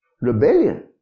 Rebellion